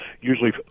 usually